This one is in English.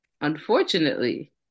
unfortunately